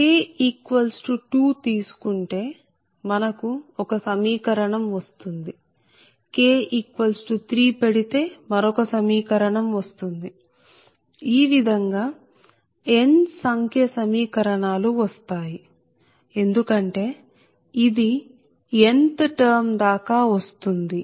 k 2 తీసుకుంటే మనకు ఒక సమీకరణం వస్తుంది k 3 పెడితే మరొక సమీకరణం వస్తుంది ఈ విధంగా n సంఖ్య సమీకరణాలు వస్తాయి ఎందుకంటే ఇది nth టర్మ్ దాకా వస్తుంది